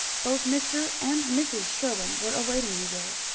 both mr. and mrs. sherwin were awaiting me there.